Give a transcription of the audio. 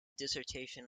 dissertation